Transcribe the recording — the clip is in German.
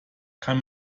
kann